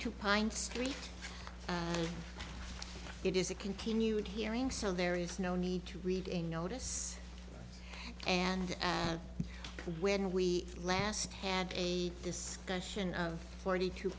two pine street it is a continued hearing so there is no need to read in notice and when we last had a discussion of forty two